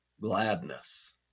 gladness